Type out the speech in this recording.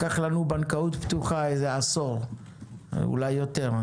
לקח לנו לגבי בנקאות פתוחה איזה עשור ואולי יותר,